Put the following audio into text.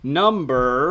number